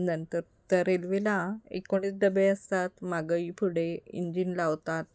नंतर त्या रेल्वेला एकोणीस डबे असतात मागं ही पुढे इंजिन लावतात